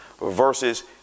versus